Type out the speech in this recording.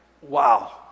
wow